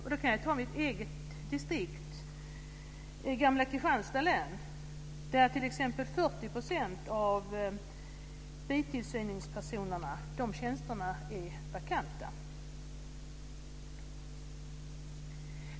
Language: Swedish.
Jag kan nämna mitt eget distrikt, gamla Kristianstad län, där t.ex. 40 % av tjänsterna för bitillsyningspersonal är vakanta.